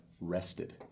rested